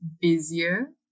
busier